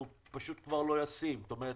שהוא פשוט כבר לא ישים, זאת אומרת